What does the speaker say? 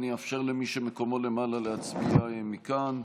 אני אאפשר למי שמקומו למעלה להצביע מכאן.